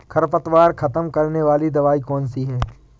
खरपतवार खत्म करने वाली दवाई कौन सी है?